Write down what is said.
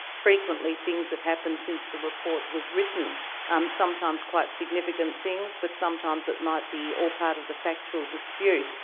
frequently things have happened since the report was written um sometimes quite significant things, but sometimes it might be all part of the factual dispute.